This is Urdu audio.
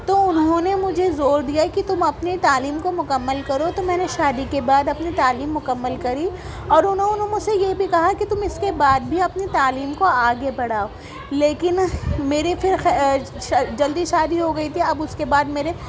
تو انہوں نے مجھے زور دیا کہ تم اپنی تعلیم کو مکمل کرو تو میں نے شادی کے بعد اپنی تعلیم مکمل کری اور انہوں نے مجھ سے یہ بھی کہا کہ تم اس کے بعد بھی اپنی تعلیم کو آگے بڑھاؤ لیکن میرے پھر خ جلدی شادی ہو گئی تھی اب اس کے بعد میرے